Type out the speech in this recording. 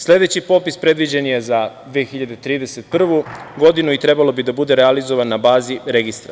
Sledeći popis predviđen je za 2031. godinu i trebalo bi da bude realizovan na bazi registra.